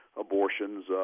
abortions